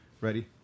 Ready